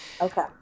Okay